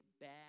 bad